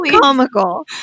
comical